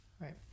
Right